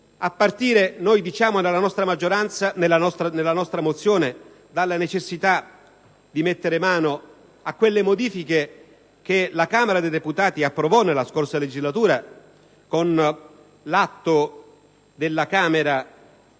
a partire - come diciamo nella nostra mozione - dalla necessità di mettere mano a quelle modifiche che la Camera dei deputati approvò nella scorsa legislatura con l'Atto Camera